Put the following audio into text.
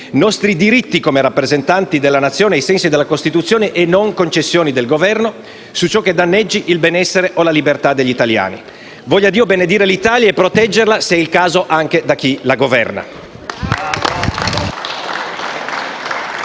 opposizione e come rappresentanti della Nazione ai sensi della Costituzione, e non concessioni del Governo, su ciò che danneggi il benessere o la libertà degli italiani. Voglia Dio benedire l'Italia e proteggerla, se il caso, anche da chi la governa.